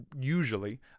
usually